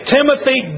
Timothy